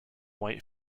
white